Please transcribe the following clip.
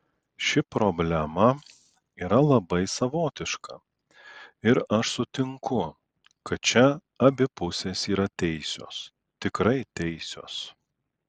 ši problema yra labai savotiška ir aš sutinku kad čia abi pusės yra teisios tikrai teisios